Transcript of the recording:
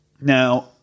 Now